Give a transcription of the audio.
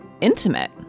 intimate